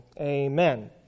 Amen